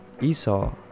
Esau